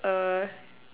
uh